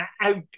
out